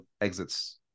exits